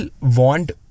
want